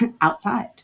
outside